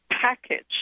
package